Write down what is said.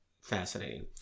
fascinating